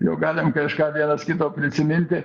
jau galim kažką vienas kito prisiminti